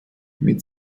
mit